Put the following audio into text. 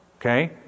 okay